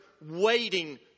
waiting